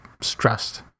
stressed